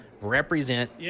represent